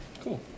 cool